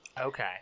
Okay